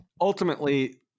ultimately